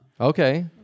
Okay